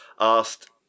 asked